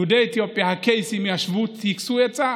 יהודי אתיופיה, הקייסים, ישבו, טיכסו עצה,